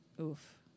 Oof